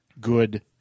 good